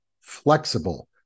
flexible